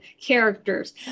characters